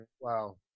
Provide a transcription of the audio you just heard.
Wow